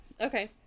Okay